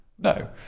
No